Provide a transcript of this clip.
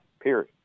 period